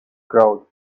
crowd